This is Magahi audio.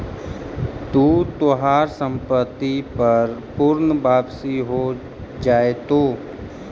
तू तोहार संपत्ति पर पूर्ण वापसी हो जाएतो